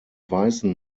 weißen